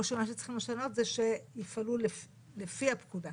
או שצריכים לשנות שיפעלו לפי הפקודה?